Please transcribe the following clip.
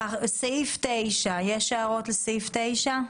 סעיף 9, יש הערות לסעיף 9?